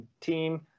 team